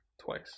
Twice